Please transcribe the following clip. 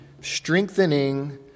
strengthening